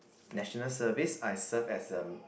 National Service I served as a